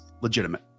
legitimate